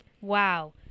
Wow